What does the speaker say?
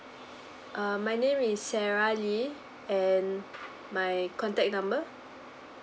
uh my name is sarah lee and my contact number